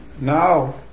Now